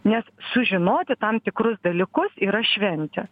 nes sužinoti tam tikrus dalykus yra šventė